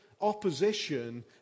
opposition